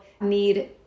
need